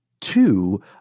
two